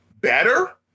better